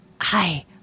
Hi